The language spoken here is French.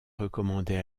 recommandait